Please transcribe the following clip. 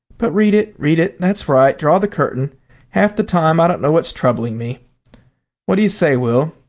but read it, read it. that's right, draw the curtain half the time i don't know what's troubling me what do you say, will?